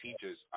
teachers